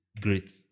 great